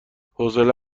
حوصله